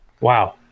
wow